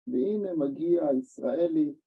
‫והנה מגיע ישראלי.